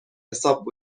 حساب